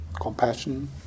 compassion